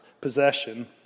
possession